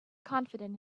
confident